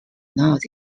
not